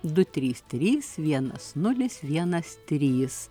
du trys trys vienas nulis vienas trys